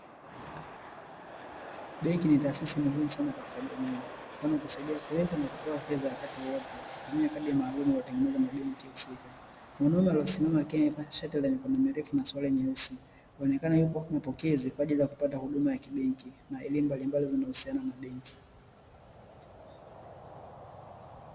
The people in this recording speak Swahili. Benki ni taasisi muhimu sana katika jamii, mfano kusaidia kuweka na kutoa feza wakati wowote, kwa kutumia kadi maalumu iliyotengenezwa na benki husika. Mwanaume aliyesimama akiwa amevaa shati la mikono mirefu na suruali nyeusi, anaonekana yupo mapokezi kwa ajili ya kupata huduma ya kibenki na elimu mbalimbali zinazohusiana na benki.